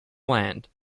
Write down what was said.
land